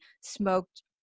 smoked